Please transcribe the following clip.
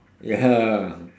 ya